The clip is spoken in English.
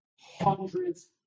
hundreds